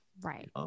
Right